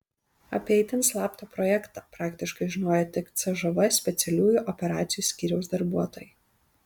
apie itin slaptą projektą praktiškai žinojo tik cžv specialiųjų operacijų skyriaus darbuotojai